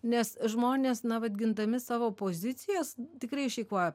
nes žmonės na vat gindami savo pozicijas tikrai išeikvoja